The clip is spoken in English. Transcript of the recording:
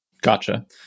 gotcha